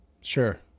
Sure